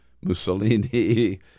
Mussolini